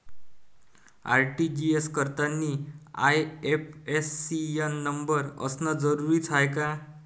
RTGS करतांनी IFSC न number असनं जरुरीच हाय का?